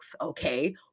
okay